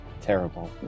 terrible